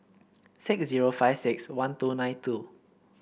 six zero five six one two nine two